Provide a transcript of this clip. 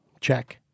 Check